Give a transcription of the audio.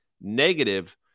negative